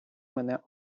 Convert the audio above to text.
мене